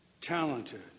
talented